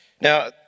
Now